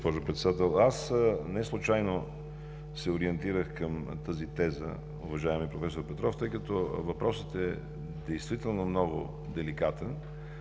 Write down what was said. Неслучайно се ориентирах към тази теза, уважаеми проф. Петров, тъй като въпросът действително е много деликатен.